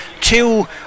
two